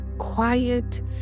quiet